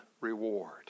reward